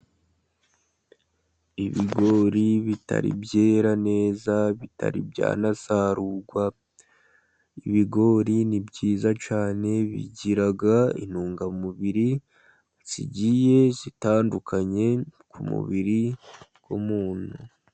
Ibigori bitari byera neza, bitari bya nasarurwa, ibigori ni byiza cyane, bigira intungamubiri zigiye zitandukanye, ku mubiri w'umuntu.